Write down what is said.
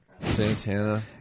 Santana